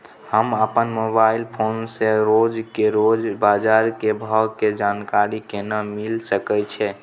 हम अपन mobile phone से रोज के रोज बाजार के भाव के जानकारी केना मिल सके छै?